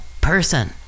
person